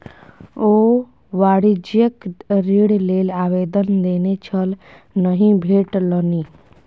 ओ वाणिज्यिक ऋण लेल आवेदन देने छल नहि भेटलनि